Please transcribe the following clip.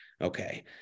Okay